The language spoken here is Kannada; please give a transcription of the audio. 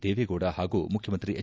ದೇವೇಗೌಡ ಪಾಗೂ ಮುಖ್ಯಮಂತ್ರಿ ಎಚ್